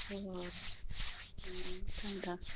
ꯍꯣꯏ ꯍꯣꯏ ꯎꯝ ꯎꯝ ꯊꯝꯃꯣ ꯊꯝꯃꯣ